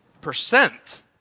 Percent